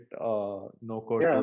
no-code